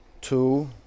two